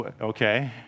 Okay